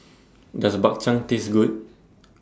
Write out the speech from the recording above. Does Bak Chang Taste Good